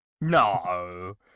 No